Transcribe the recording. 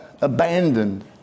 abandoned